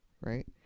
right